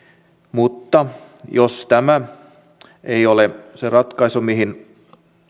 mutta jos tämä ei ole se ratkaisu mihin